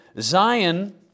Zion